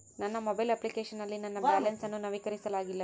ನನ್ನ mobile application ನಲ್ಲಿ ನನ್ನ ಬ್ಯಾಲೆನ್ಸ್ ಅನ್ನು ನವೀಕರಿಸಲಾಗಿಲ್ಲ